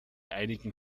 einigen